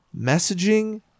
messaging